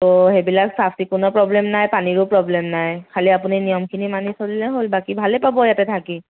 ত' সেইবিলাক চাফ চিকুণৰ প্ৰব্লেম নাই পানীৰো প্ৰব্লেম নাই খালী আপুনি নিয়মখিনি মানি চলিলে হ'ল বাকী ভালে পাব ইয়াতে থাকি